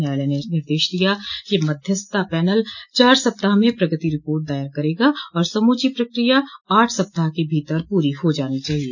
न्यायालय ने निर्देश दिया कि मध्यस्थता पैनल चार सप्ताह में प्रगति रिपोर्ट दायर करेगा और समूची प्रक्रिया आठ सप्ताह के भीतर पूरी हो जानी चाहिए